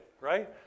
right